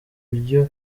buryo